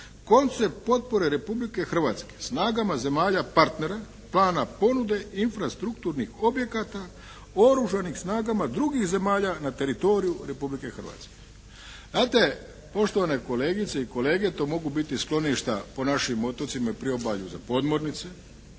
"Koncept potpore Republike Hrvatske snagama zemalja partnera, plana ponude infrastrukturnih objekata Oružanim snagama drugih zemalja na teritoriju Republike Hrvatske." Znate, poštovane kolegice i kolege, to mogu biti skloništa po našim otocima i priobalju za podmornice,